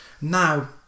now